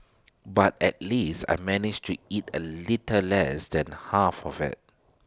but at least I managed to eat A little less than half of IT